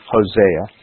Hosea